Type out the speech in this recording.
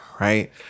Right